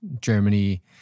Germany